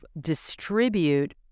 distribute